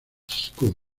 school